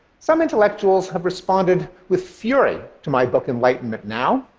some intellectuals have responded with fury to my book enlightenment now,